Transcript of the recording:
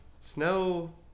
Snow